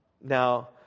Now